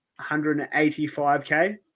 185K